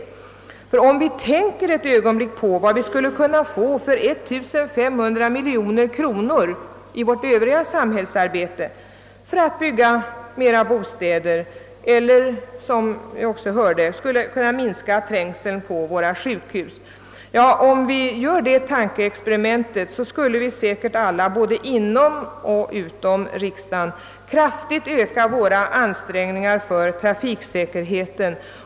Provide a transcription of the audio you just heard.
Det skulle kunna innebära minskad trängsel på sjukhusen. Om vi sedan också tänker på vad vi skulle kunna få för 1500 miljoner kronor i vårt övriga samhällsarbete, t.ex. fler bostäder, skulle säkerligen alla både inom och utom riksdagen vara beredda att kraftigt öka ansträngningarna för att höja trafiksäkerheten.